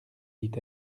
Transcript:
dit